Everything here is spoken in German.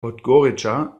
podgorica